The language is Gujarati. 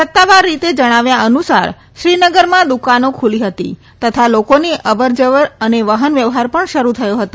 સત્તાવાર રીતે જણાવ્યા અનુસાર શ્રીનગરમાં દુકાનો ખૂલી હતી તથા લોકોની અવરજવર અને વાહન વ્યવહાર પણ શરૂ થયો હતો